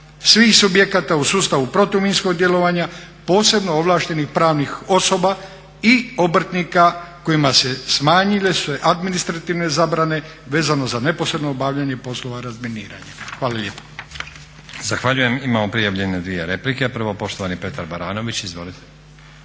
svih subjekata u sustavu protuminskog djelovanja posebno ovlaštenih pravnih osoba i obrtnika kojima su se smanjile administrativne zabrane vezano za neposredno obavljanje poslova razminiranja. Hvala lijepa. **Stazić, Nenad (SDP)** Zahvaljujem. Imamo prijavljene dvije replike. Prvo poštovani Petar Baranović, izvolite.